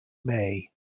may